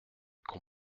qu’on